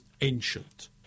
ancient